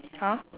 !huh!